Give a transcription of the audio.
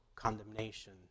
condemnation